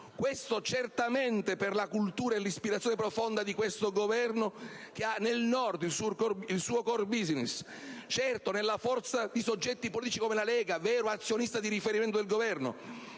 avvenuto certamente per la cultura e l'ispirazione profonda di questo Governo che ha nel Nord il suo *core business* e nella forza di soggetti politici come la Lega, vero azionista di riferimento del Governo,